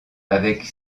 avec